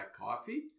coffee